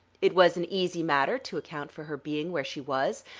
it was an easy matter to account for her being where she was.